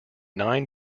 nine